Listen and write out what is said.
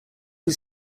was